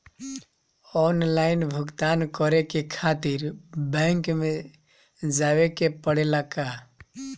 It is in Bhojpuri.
आनलाइन भुगतान करे के खातिर बैंक मे जवे के पड़ेला का?